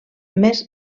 més